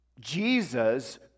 Jesus